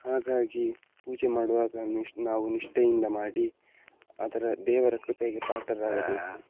ಹಾಗಾಗಿ ಪೂಜೆ ಮಾಡುವಾಗ ನಿಷ್ಠೆ ನಾವು ನಿಷ್ಠೆಯಿಂದ ಮಾಡಿ ಅದರ ದೇವರ ಕೃಪೆಗೆ ಪಾತ್ರರಾಗಬೇಕು